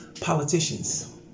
politicians